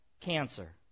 cancer